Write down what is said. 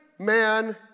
Man